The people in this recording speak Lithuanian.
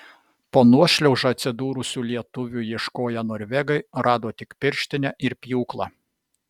po nuošliauža atsidūrusių lietuvių ieškoję norvegai rado tik pirštinę ir pjūklą